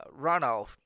runoff